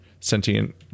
sentient